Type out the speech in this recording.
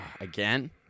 again